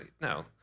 No